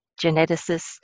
geneticists